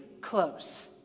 close